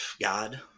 God